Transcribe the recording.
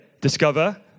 discover